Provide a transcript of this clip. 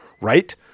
right